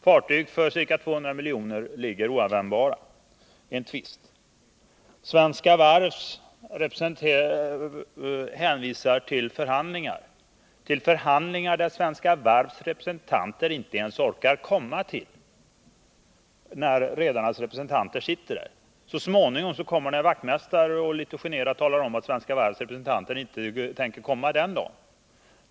Fartyg för ca 200 miljoner ligger oanvända på grund av en tvist. Svenska Varv hänvisar till förhandlingar — förhandlingar som Svenska Varvs representanter inte ens orkar komma till. När rederiernas representanter sitter där kommer det så småningom en vaktmästare och talar litet generat om att Svenska Varvs representanter inte tänker komma den dagen.